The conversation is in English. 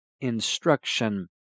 instruction